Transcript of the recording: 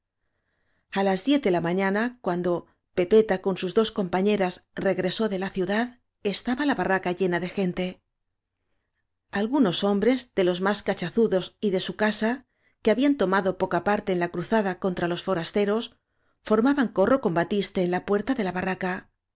las diez de la mañana cuando pepeta con sus dos compañeras regresó de la ciudad estaba la barraca llena de o ente algunos hombres de los máfc cachazudos y de sil casa que habían tomado poca parte en la cruzada contra los forasteros formabancorro con batiste en la puerta de la barraca